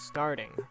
Starting